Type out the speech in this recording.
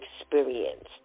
experienced